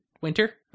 winter